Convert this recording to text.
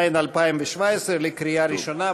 התשע"ז 2017, לקריאה ראשונה.